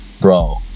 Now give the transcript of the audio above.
Bro